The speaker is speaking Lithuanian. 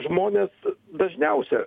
žmonės dažniausia